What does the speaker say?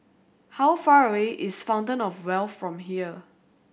how far away is Fountain Of Wealth from here